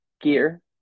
gear